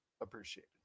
appreciated